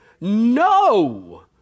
No